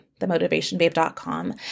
themotivationbabe.com